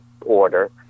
order